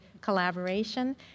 collaboration